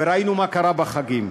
וראינו מה קרה בחגים.